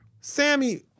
Sammy